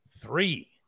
three